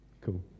Cool